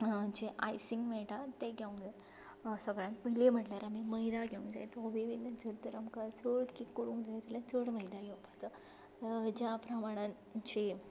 जें आयसींग मेळटा तें घेवंक जाय सगळ्यांत पयलीं म्हटल्यार आमी मैदा घेवंक जाय तो वेवे वयल्यान जर तर आमकां चड केक करूंक जाय जाल्यार चड मैदा घेवपचो ज्या प्रमाणान जीं